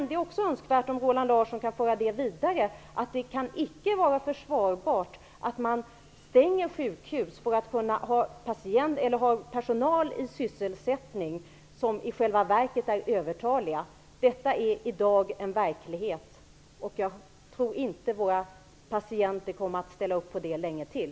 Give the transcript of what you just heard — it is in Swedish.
Det är också önskvärt att Roland Larsson kan föra vidare att det icke kan vara försvarbart att man stänger sjukhus för att kunna ha personal i sysselsättning som i själva verket är övertalig. Detta är i dag en verklighet. Jag tror inte att våra patienter kommer att ställa upp på det länge till.